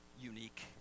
unique